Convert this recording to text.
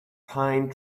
pine